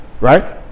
right